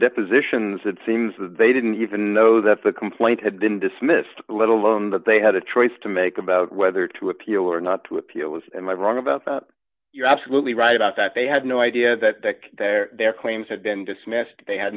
depositions it seems that they didn't even know that the complaint had been dismissed let alone that they had a choice to make about whether to appeal or not to appeal was am i wrong about that you're absolutely right about that they had no idea that their their claims had been dismissed they had